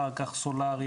אחר כך סולארי,